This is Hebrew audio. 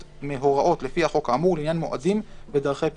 מהוראות לפי החוק האמור לעניין מועדים ודרכי פרסום".